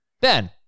Ben